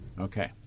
Okay